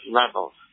levels